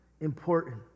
important